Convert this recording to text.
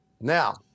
Now